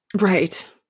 Right